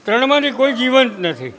ત્રણમાંથી કોઈ જીવંત નથી